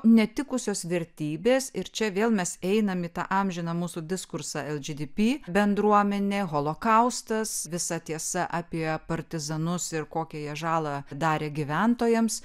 netikusios vertybės ir čia vėl mes einam į tą amžiną mūsų diskursą lgbt bendruomenė holokaustas visa tiesa apie partizanus ir kokią jie žalą darė gyventojams